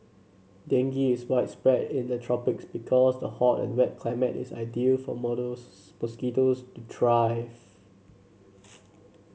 dengue is widespread in the tropics because the hot and wet climate is ideal for models mosquitoes to thrive